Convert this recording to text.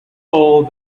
all